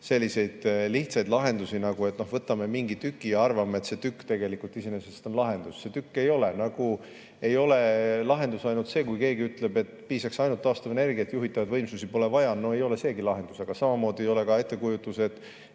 süsteemides lihtsaid lahendusi, nagu et võtame mingi tüki ja arvame, et see tükk iseenesest on lahendus. See tükk ei ole [lahendus], nagu ei ole lahendus ainult see, kui keegi ütleb, et piisaks ainult taastuvenergiast, juhitavaid võimsusi pole vaja. No ei ole seegi lahendus. Aga samamoodi ei ole ka ettekujutus, et